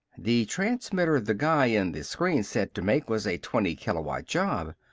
the transmitter the guy in the screen said to make was a twenty-kilowatt job.